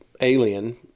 alien